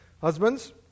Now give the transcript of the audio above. Husbands